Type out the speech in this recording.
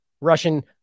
Russian